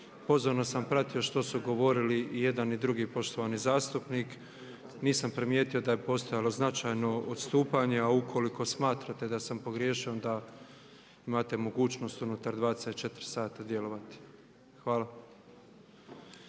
Pozorno sam pratio što su govorili i jedan i drugi poštovani zastupnik, nisam primijetio da je postojalo značajno odstupanje, a ukoliko smatrate da sam pogriješio onda imate mogućnost unutar 24 sata djelovati. Hvala.